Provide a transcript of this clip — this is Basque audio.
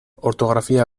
ortografia